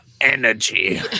energy